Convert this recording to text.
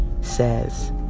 says